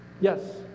Yes